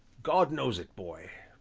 god knows it, boy,